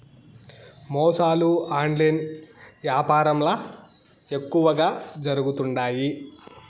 మోసాలు ఆన్లైన్ యాపారంల ఎక్కువగా జరుగుతుండాయి